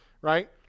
right